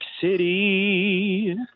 City